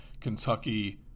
Kentucky